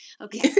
Okay